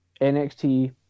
NXT